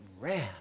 ran